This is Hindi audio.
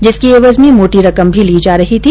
जिसकी एवज में मोटी रकम भी ली जा रही थी